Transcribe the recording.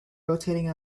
rotating